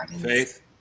Faith